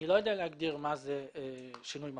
אני לא יודע להגדיר מה זה "שינוי מהותי".